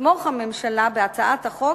תתמוך הממשלה בהצעת החוק,